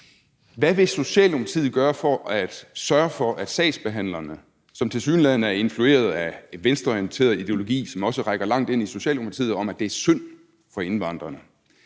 Hvad vil Socialdemokratiet gøre for at sørge for, at sagsbehandlerne, som tilsyneladende er influeret af en venstreorienteret ideologi, som også rækker langt ind i Socialdemokratiet, om, at det er synd for indvandrerne,